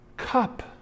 cup